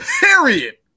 period